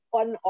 on